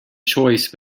choice